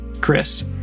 Chris